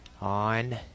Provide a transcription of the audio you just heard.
on